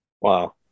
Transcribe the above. Wow